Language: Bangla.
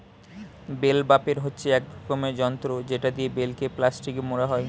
বেল বাপের হচ্ছে এক রকমের যন্ত্র যেটা দিয়ে বেলকে প্লাস্টিকে মোড়া হয়